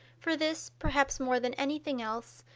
for this, perhaps more than anything else,